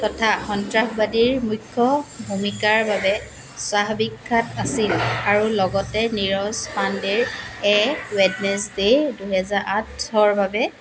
তথা সন্ত্ৰাসবাদীৰ মুখ্য ভূমিকাৰ বাবে শ্বাহ বিখ্যাত আছিল আৰু লগতে নীৰজ পাণ্ডেৰ এ ৱেডনেজডে' দুহেজাৰ আঠৰ বাবে